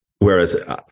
Whereas